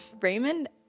Raymond